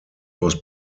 was